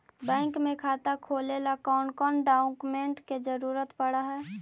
Bank में खाता खोले ल कौन कौन डाउकमेंट के जरूरत पड़ है?